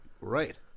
Right